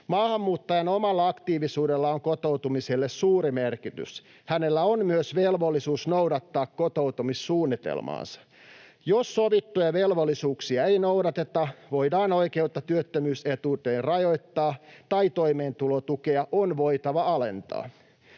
Maahanmuuttajan omalla aktiivisuudella on kotoutumiselle suuri merkitys, hänellä on myös velvollisuus noudattaa kotoutumissuunnitelmaansa. Jos sovittuja velvollisuuksia ei noudateta, voidaan oikeutta työttömyys-etuuteen rajoittaa tai toimeentulotukea on voitava alentaa.